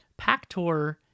Pactor